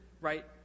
right